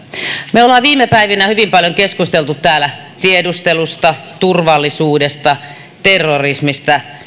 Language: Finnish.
me olemme viime päivinä hyvin paljon keskustelleet täällä tiedustelusta turvallisuudesta terrorismista